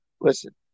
Listen